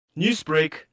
Newsbreak